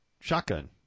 shotgun